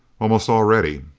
almost all ready.